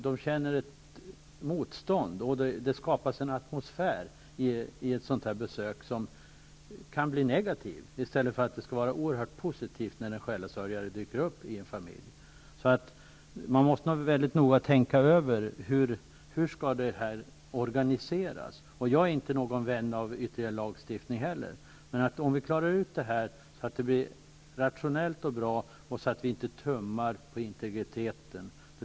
De känner ett motstånd, och det kan skapas en negativ atmosfär vid ett sådant besök, medan det i stället borde vara oerhört positivt när en själasörjare dyker upp i en familj. Man måste därför mycket noga tänka över hur detta skall organiseras. Inte heller jag är någon vän av ideell lagstiftning, men detta måste klaras ut på ett rationellt sätt och utan att man tummar på integriteten.